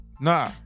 Nah